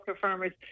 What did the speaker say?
farmers